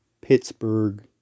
pittsburgh